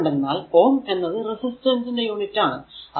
എന്ത് കൊണ്ടെന്നാൽ Ω എന്നത് റെസിസ്റ്റർ ന്റെ യൂണിറ്റ് ആണ്